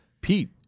Pete